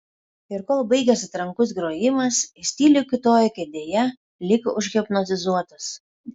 ir kol baigėsi trankus grojimas jis tyliai kiūtojo kėdėje lyg užhipnotizuotas